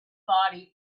body